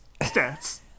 stats